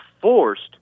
forced